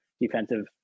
defensive